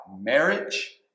Marriage